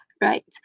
Right